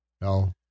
No